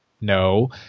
no